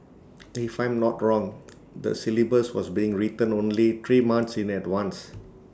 if I'm not wrong the syllabus was being written only three months in advance